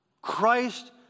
Christ